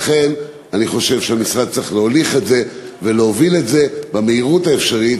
לכן המשרד צריך להוליך את זה ולהוביל את זה במהירות האפשרית,